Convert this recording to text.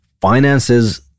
finances